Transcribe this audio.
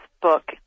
book